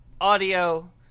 audio